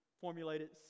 formulated